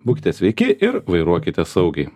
būkite sveiki ir vairuokite saugiai